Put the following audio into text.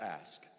ask